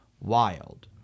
wild